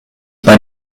bei